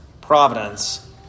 providence